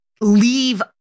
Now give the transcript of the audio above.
leave